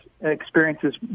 experiences